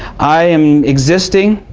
i am existing